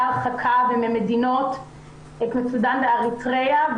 הרחקה והם ממדינות כמו סודן ואריתראה.